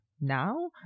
now